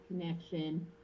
connection